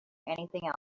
anything